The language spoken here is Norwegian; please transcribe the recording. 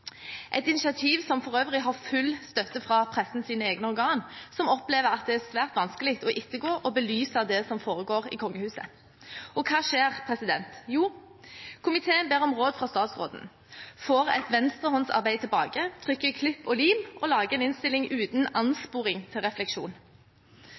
et initiativ som for øvrig har full støtte fra pressens egne organer, som også opplever at det er svært vanskelig å ettergå og belyse det som foregår i kongehuset. Og hva skjer? Jo, komiteen ber om råd fra statsråden, får et venstrehåndsarbeid tilbake, trykker klipp og lim og lager en innstilling uten